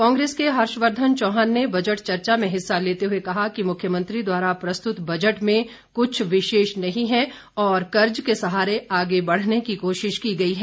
कांग्रेस के हर्षवर्धन चौहान ने बजट चर्चा में हिस्सा लेते हुए कहा कि मुख्यमंत्री द्वारा प्रस्तुत बजट में कुछ विशेष नहीं है और कर्ज के सहारे आगे बढ़ने की कोशिश की गई है